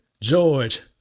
George